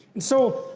and so,